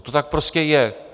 To tak prostě je.